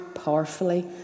powerfully